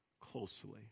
closely